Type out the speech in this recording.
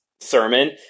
sermon